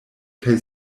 kaj